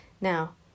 Now